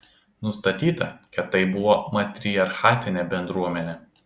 nustatyta kad tai buvo matriarchatinė bendruomenė